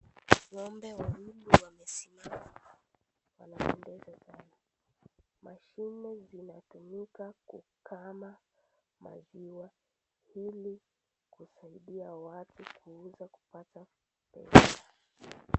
Ngombe wawili wamesimama wanapendeza sana mashine zinatumika kukama maziwa ili kusaidia watuu kuuza kupata pesa .